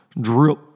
drip